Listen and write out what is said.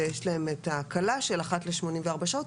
ויש להם את ההקלה של אחת ל-84 שעות,